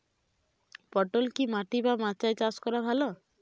পটল কি মাটি বা মাচায় চাষ করা ভালো?